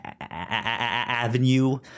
Avenue